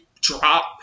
drop –